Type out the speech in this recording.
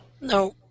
No